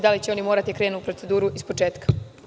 Da li će oni morati da krenu u proceduru ispočetka?